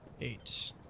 eight